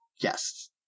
Yes